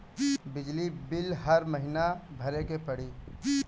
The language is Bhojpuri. बिजली बिल हर महीना भरे के पड़ी?